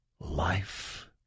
life